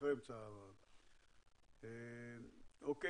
סוף העשור הם סכומים מאוד משמעותיים ואין